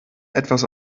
etwas